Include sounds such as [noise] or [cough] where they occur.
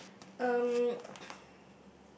yeah um [breath]